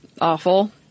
awful